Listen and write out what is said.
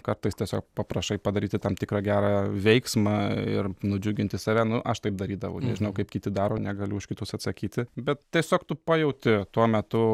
kartais tiesiog paprašai padaryti tam tikrą gerą veiksmą ir nudžiuginti save nu aš taip darydavau nežinau kaip kiti daro negaliu už kitus atsakyti bet tiesiog tu pajauti tuo metu